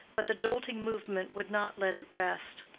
but the jolting movement would not let it rest.